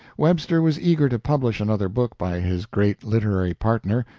webster was eager to publish another book by his great literary partner,